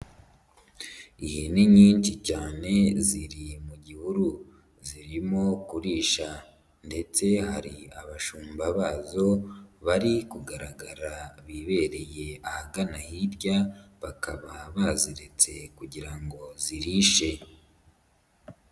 Ihene nyinshi cyane ziri mu gihuru zirimo kurisha ndetse hari abashumba bazo bari kugaragara bibereye ahagana hirya bakaba baziretse kugira ngo zirishe.